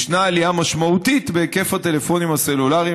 יש עלייה משמעותית במספר הטלפונים הסלולריים